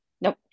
Nope